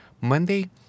Monday